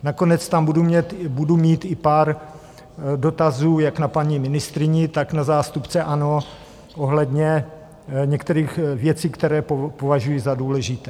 Nakonec tam budu mít i pár dotazů jak na paní ministryni, tak na zástupce ANO ohledně některých věcí, které považuji za důležité.